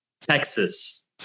Texas